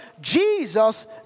Jesus